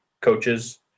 coaches